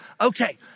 okay